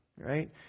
right